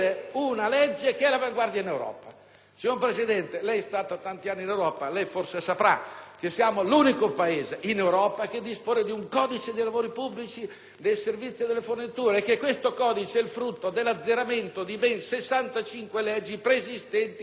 Signora Presidente, lei è stata tanti anni in Europa, quindi forse saprà che siamo l'unico Paese in Europa che dispone di un codice dei lavori pubblici, dei servizi e delle forniture, frutto dell'azzeramento di ben 65 leggi preesistenti, che si sommavano